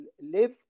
live